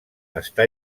està